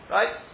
Right